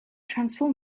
transform